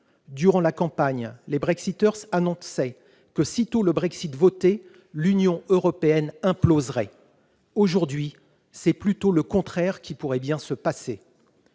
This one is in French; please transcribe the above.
Durant la campagne, les Brexiters annonçaient que, sitôt le Brexit voté, l'Union européenne imploserait. Aujourd'hui, c'est plutôt le contraire qui pourrait bien se passer.